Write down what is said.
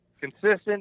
Consistent